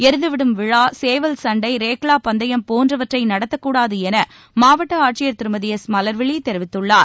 எருது விடும் விழா சேவல் சண்டை ரேக்ளா பந்தயம் போன்றவற்றை நடத்தக் கூடாது என மாவட்ட ஆட்சியர் திருமதி எஸ் மலர்விழி தெரிவித்துள்ளார்